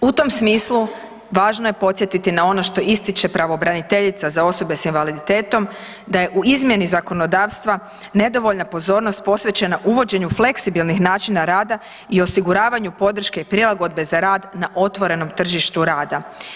U tom smislu važno je podsjetiti na ono što ističe pravobraniteljica za osobe s invaliditetom da je u izmjeni zakonodavstva nedovoljna pozornost posvećena uvođenju fleksibilnih načina rada i osiguravanju podrške i prilagodbe za rad na otvorenom tržištu rada.